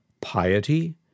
piety